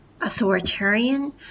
authoritarian